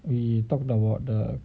we talked about the